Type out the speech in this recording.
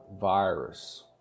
Virus